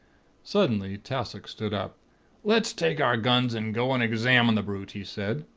suddenly, tassoc stood up let's take our guns, and go and examine the brute he said,